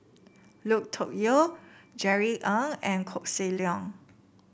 Lui Tuck Yew Jerry Ng and Koh Seng Leong